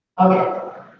Okay